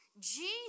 Jesus